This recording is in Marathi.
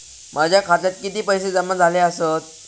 माझ्या खात्यात किती पैसे जमा झाले आसत?